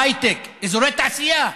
הייטק, אזורי תעשייה.